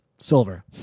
Silver